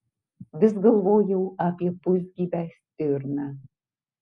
vis galvojau apie pusgyvę stirną